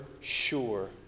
sure